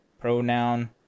pronoun